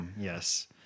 yes